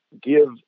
give